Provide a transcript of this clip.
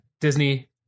Disney